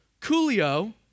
Coolio